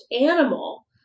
animal